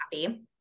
happy